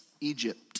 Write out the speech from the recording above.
Egypt